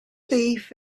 thief